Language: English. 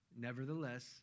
Nevertheless